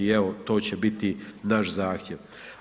I evo to će biti naš zahtjev.